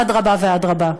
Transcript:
אדרבה ואדרבה.